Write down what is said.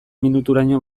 minuturaino